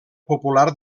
popular